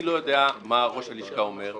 אני לא יודע מה ראש הלשכה אומר,